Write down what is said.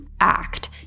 act